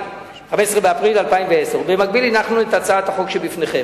15 באפריל 2010. במקביל הנחנו את הצעת החוק שבפניכם.